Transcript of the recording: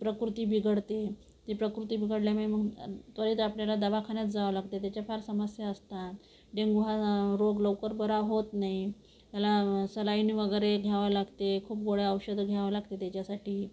प्रकृती बिघडते ती प्रकृती बिघडल्यामुळे म्हणा त्वरित आपल्याला दवाखान्यात जावं लागते त्याच्या फार समस्या असतात डेंगु हा रोग लवकर बरा होत नाही त्याला सलाईन वगैरे घ्यावं लागते खूप गोळ्या औषधं घ्यावं लागते त्याच्यासाठी